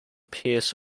pearce